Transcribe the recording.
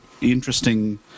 interesting